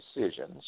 decisions